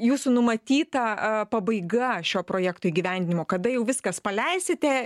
jūsų numatyta pabaiga šio projekto įgyvendinimo kada jau viskas paleisite